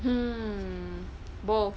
mm both